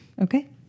Okay